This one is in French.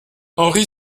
henri